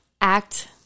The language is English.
act